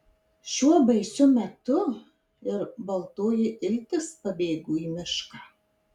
šiuo baisiu metu ir baltoji iltis pabėgo į mišką